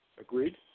Agreed